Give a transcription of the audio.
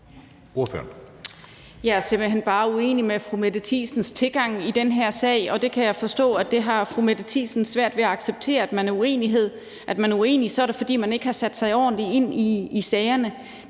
Jeg er simpelt hen bare uenig i fru Mette Thiesens tilgang i den her sag, og det kan jeg forstå at fru Mette Thiesen har svært ved acceptere. Er man uenig, er det, fordi man ikke har sat sig ordentligt ind i sagerne.